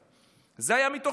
זה היה מתוך אידיאולוגיה.